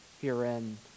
herein